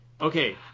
Okay